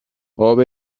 قاب